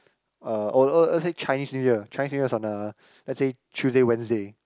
uh oh oh or let's say Chinese New Year Chinese New Year is on the let say Tuesday Wednesday